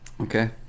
Okay